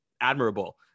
admirable